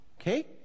Okay